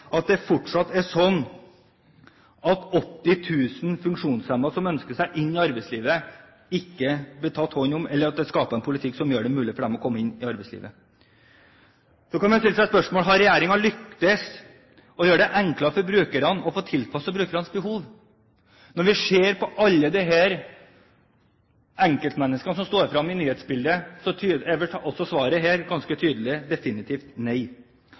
at det fortsatt er slik at 80 000 funksjonshemmede som ønsker seg inn i arbeidslivet, ikke blir tatt hånd om, og at det ikke skapes en politikk som gjør det mulig for dem å komme seg inn i arbeidslivet. Så kan man stille seg spørsmålet: Har regjeringen lyktes med å gjøre det enklere for brukerne å få hjelp tilpasset sine behov? Når vi ser på alle disse enkeltmenneskene som står frem i nyhetsbildet, så er også svaret her ganske tydelig et definitivt nei.